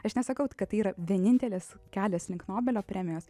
aš nesakau kad yra vienintelis kelias link nobelio premijos